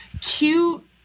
cute